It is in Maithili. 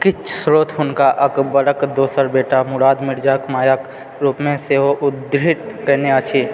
किछु स्रोत हुनका अकबरक दोसर बेटा मुराद मिर्जाक मायके रूपमे सेहो उद्धृत कयने अछि